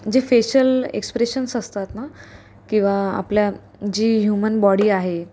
जे facial expressions असतात ना किंवा आपल्या जी ह्यूमन बॉडी आहे